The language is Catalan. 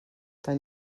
tan